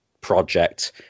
project